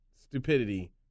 stupidity